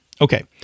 okay